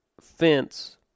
fence